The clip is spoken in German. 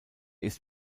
ist